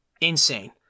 insane